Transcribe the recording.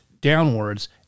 downwards